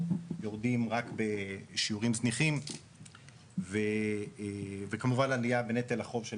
יורדים רק בשיעורים זניחים וכמובן עלייה בנטל החוב של